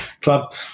club